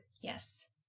Yes